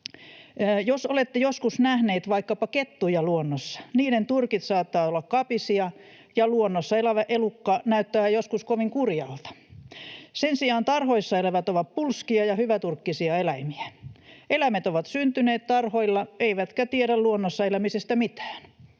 Jos olette joskus nähneet vaikkapa kettuja luonnossa, niiden turkit saattavat olla kapisia, ja luonnossa elävä elukka näyttää joskus kovin kurjalta. Sen sijaan tarhoissa elävät ovat pulskia ja hyväturkkisia eläimiä. Eläimet ovat syntyneet tarhoilla eivätkä tiedä luonnossa elämisestä mitään.